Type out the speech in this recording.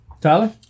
Tyler